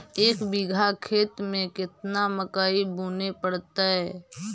एक बिघा खेत में केतना मकई बुने पड़तै?